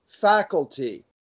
faculty